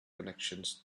connections